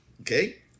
Okay